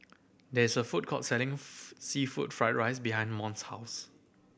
there is a food court selling seafood fried rice behind Mont's house